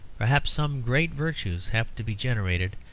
perhaps some great virtues have to be generated,